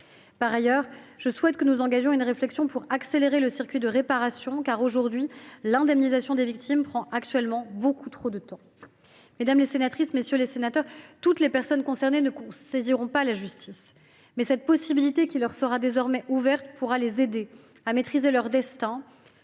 Par ailleurs, je souhaite que nous engagions une réflexion pour accélérer le circuit de réparation. En effet, aujourd’hui, l’indemnisation des victimes prend beaucoup trop de temps. Mesdames les sénatrices, messieurs les sénateurs, toutes les personnes concernées ne saisiront pas la justice, mais cette possibilité, qui leur sera désormais ouverte, pourra les aider à maîtriser leur destin,